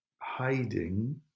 hiding